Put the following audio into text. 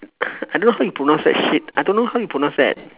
I don't know how you pronounce that shit I don't know how you pronounce that